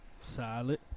Solid